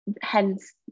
hence